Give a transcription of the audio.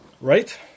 Right